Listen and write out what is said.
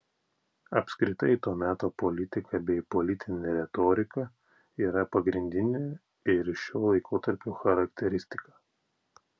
apskritai to meto politika bei politinė retorika yra pagrindinė ir šio laikotarpio charakteristika